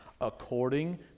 according